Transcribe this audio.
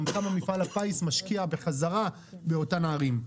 גם כמה מפעל הפיס משקיע בחזרה באותן ערים,